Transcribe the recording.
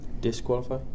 Disqualify